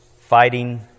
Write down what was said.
fighting